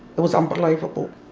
it was unbelievable.